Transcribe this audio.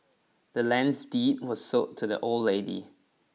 the land's deed was sold to the old lady